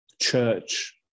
church